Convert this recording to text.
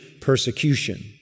persecution